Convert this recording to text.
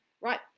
right